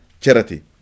charity